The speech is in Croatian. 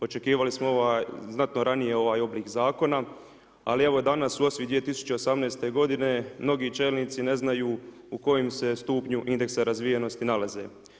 Očekivali smo znatno ranije ovaj oblik zakona, ali evo danas u osvit 2018. godine mnogi čelnici ne znaju u kojem se stupnju indeksa razvijenosti nalaze.